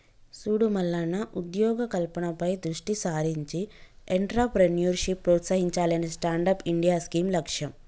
సూడు మల్లన్న ఉద్యోగ కల్పనపై దృష్టి సారించి ఎంట్రప్రేన్యూర్షిప్ ప్రోత్సహించాలనే స్టాండప్ ఇండియా స్కీం లక్ష్యం